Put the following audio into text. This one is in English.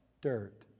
Dirt